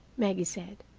maggie said,